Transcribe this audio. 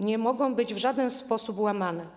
nie mogą być w żaden sposób łamane.